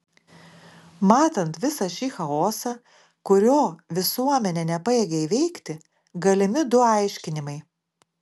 matant visą šį chaosą kurio visuomenė nepajėgia įveikti galimi du aiškinimai